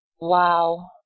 Wow